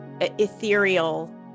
ethereal